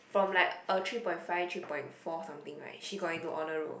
from like a three point five or three point four something right she got into honour roll